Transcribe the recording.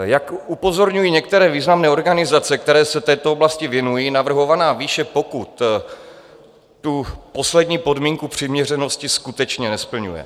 Jak upozorňují některé významné organizace, které se této oblasti věnují, navrhovaná výše pokut poslední podmínku přiměřenosti skutečně nesplňuje.